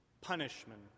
punishment